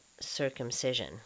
circumcision